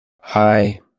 Hi